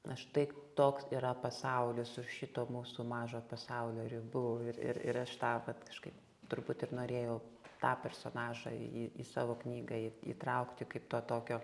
na štai toks yra pasaulis už šito mūsų mažo pasaulio ribų ir ir ir aš tą vat kažkaip truputį ir norėjau tą personažą į į savo knygą į įtraukti kaip to tokio